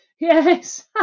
yes